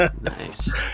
nice